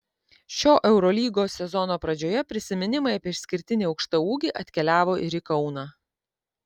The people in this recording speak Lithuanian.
šio eurolygos sezono pradžioje prisiminimai apie išskirtinį aukštaūgį atkeliavo ir į kauną